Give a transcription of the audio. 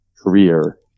career